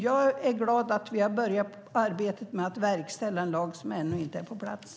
Jag är glad att vi har börjat arbetet med att verkställa en lag som ännu inte är på plats.